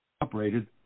operated